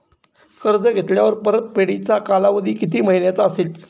कर्ज घेतल्यावर परतफेडीचा कालावधी किती महिन्यांचा असेल?